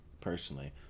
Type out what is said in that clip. personally